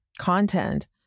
content